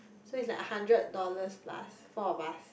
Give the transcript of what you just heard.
so it's like hundred dollars plus four of us